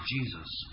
Jesus